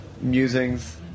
Musings